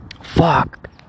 Fuck